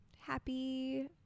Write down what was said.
happy